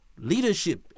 leadership